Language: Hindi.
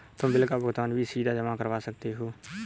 तुम बिल का भुगतान भी सीधा जमा करवा सकते हो